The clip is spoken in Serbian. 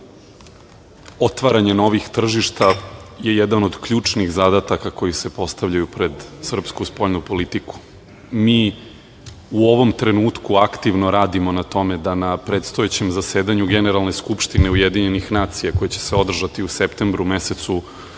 otvaranje novih tržišta je jedan od ključnih zadataka koji se postavljaju pred srpsku spoljnu politiku. Mi u ovom trenutku aktivno radimo na tome da na predstojećem zasedanju Generalne skupštine UN koja će se održati u septembru mesecu